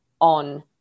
on